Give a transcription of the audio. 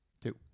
Two